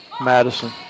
Madison